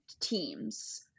teams